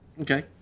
Okay